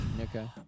Okay